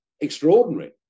extraordinary